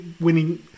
winning